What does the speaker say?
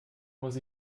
muss